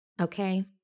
Okay